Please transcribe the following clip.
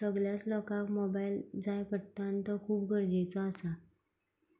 सगल्यास लोकांक मोबायल जाय पडटा आनी तो खूब गरजेचो आसा